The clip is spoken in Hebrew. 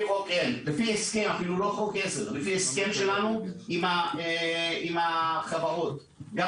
לפי הסכם שלנו עם החברות, אפילו לא חוק עזר.